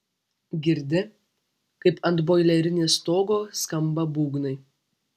girdi kaip ant boilerinės stogo skamba būgnai